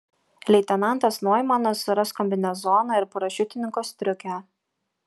leitenantas noimanas suras kombinezoną ir parašiutininko striukę